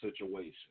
situation